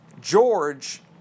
George